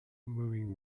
moving